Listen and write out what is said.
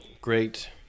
great